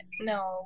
no